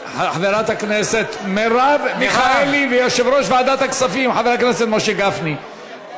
חברת הכנסת מרב מיכאלי ויושב-ראש ועדת הכספים חבר הכנסת משה גפני,